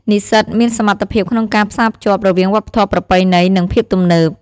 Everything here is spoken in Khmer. និស្សិតមានសមត្ថភាពក្នុងការ ផ្សារភ្ជាប់ រវាងវប្បធម៌ប្រពៃណី និងភាពទំនើប។